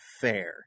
fair